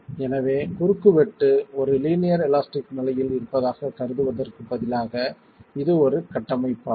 எனவே குறுக்குவெட்டு ஒரு லீனியர் எலாஸ்டிக் நிலையில் இருப்பதாகக் கருதுவதற்குப் பதிலாக இது ஒரு கட்டமைப்பாகும்